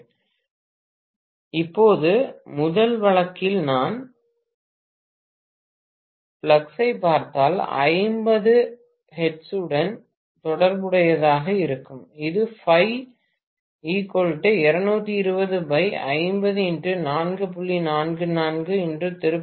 பேராசிரியர் மாணவர் உரையாடல் முடிகிறது இப்போது முதல் வழக்கில் நான் ஃப்ளக்ஸைப் பார்த்தால் 50 ஹெர்ட்ஸுடன் தொடர்புடையதாக இருக்கும்